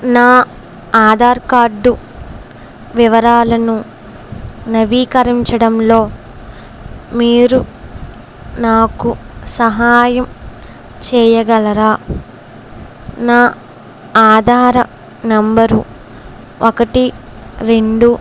నా ఆధార్ కార్డు వివరాలను నవీకరించడంలో మీరు నాకు సహాయం చేయగలరా నా ఆధార్ నెంబరు ఒకటి రెండు